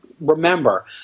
remember